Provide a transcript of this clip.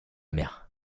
mer